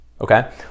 Okay